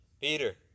peter